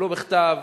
תקבלו מכתב,